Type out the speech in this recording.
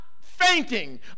fainting